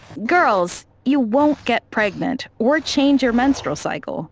girls, you won't get pregnant or change your menstrual cycle.